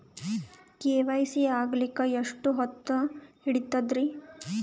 KYC ಆಗಲಕ್ಕ ಎಷ್ಟ ಹೊತ್ತ ಹಿಡತದ್ರಿ?